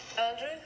Andrew